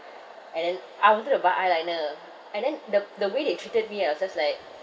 and then I wanted to buy eyeliner and then the the way they treated me ah was just like